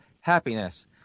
happiness